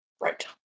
Right